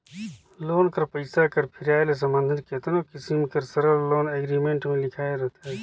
loan कर पइसा कर फिराए ले संबंधित केतनो किसिम कर सरल लोन एग्रीमेंट में लिखाए रहथे